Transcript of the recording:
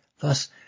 Thus